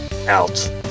out